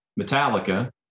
Metallica